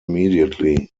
immediately